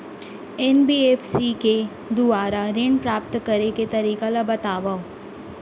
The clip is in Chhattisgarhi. एन.बी.एफ.सी के दुवारा ऋण प्राप्त करे के तरीका ल बतावव?